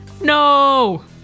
No